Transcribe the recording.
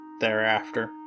thereafter